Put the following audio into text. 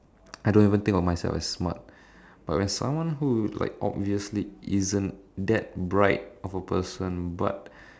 I don't even think of myself as smart but when someone who like obviously isn't that bright of a person but